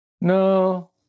No